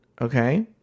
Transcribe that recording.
okay